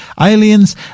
aliens